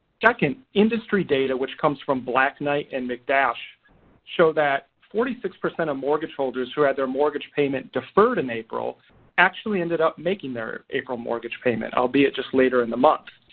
second, industry data which comes from black knight and mcdash show that forty six percent of mortgage holders who had their mortgage payment deferred in april actually ended up making their april mortgage payment albeit just later in the month.